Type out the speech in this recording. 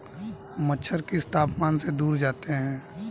मच्छर किस तापमान से दूर जाते हैं?